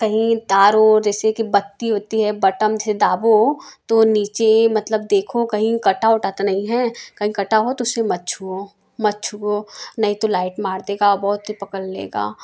कहीं तार हो जैसे कि बत्ती वत्ती है बटम से दाबो तो नीचे मतलब देखो कहीं कटा वटा तो नहीं है कही कटा हो तो उसे मत छूओ मत छूओ नहीं तो लाइट मार देगा बहुत ही पकड़ लेगा